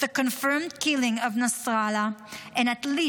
with the confirmed killing of Nasrallah and at least